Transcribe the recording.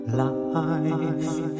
life